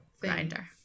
grinder